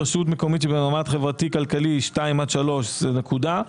רשות מקומית שבמעמד חברתי כלכלי 2 עד 3 זה נקודה,